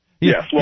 Yes